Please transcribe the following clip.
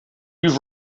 you